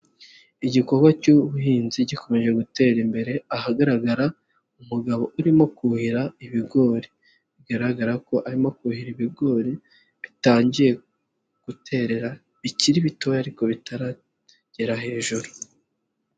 Igikorwa cy'ubuhinzi gikomeje gutera imbere ahagaragara umugabo urimo kuhira ibigori, bigaragara ko arimo kuhira ibigori bitangiye guterera bikiri bitoya ariko bitaragera hejuru.